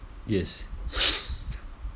yes